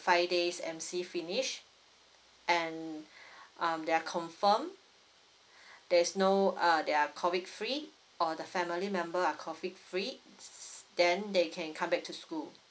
five days M_C finished and um they're confirm there's no uh they're COVID free or the family member are COVID free then they can come back to school